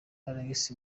alex